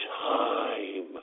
time